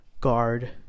guard